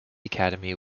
academy